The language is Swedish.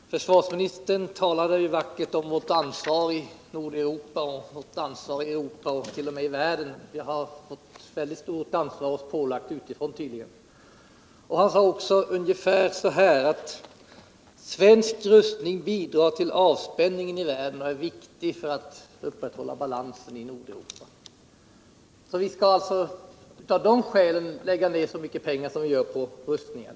Herr talman! Försvarsministern talade vackert om vårt ansvar i Nordeuropa och om vårt ansvar i Europa, ja, t.o.m. om vårt ansvar i världen. Man har tydligen utifrån skjutit ett väldigt stort ansvar på oss. Försvarsministern sade också ungefär så att svensk rustning bidrar till avspänning i världen och att den är viktig för att upprätthålla balansen i Nordeuropa. Vi skall alltså lägga ned så mycket pengar på rustningar som vi gör för att vi har ansvar för avspänningen.